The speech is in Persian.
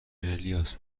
الیاس